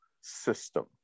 system